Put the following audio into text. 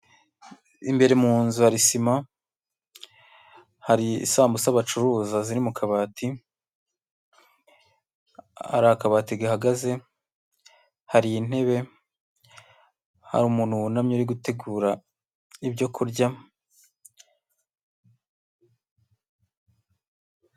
Imbere mu nzu hari sima, hari isanmbusa bacuruza ziri mu kabati, hari akabati gahagaze, hari intebe, hari umuntu wunamye uri gutegura ibyo kurya.